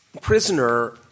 prisoner